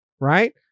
right